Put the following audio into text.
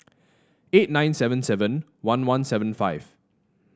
eight nine seven seven one one seven five